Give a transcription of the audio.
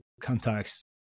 contacts